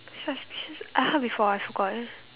suspicious I heard before I forgot